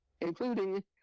including